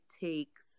takes